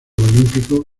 olímpico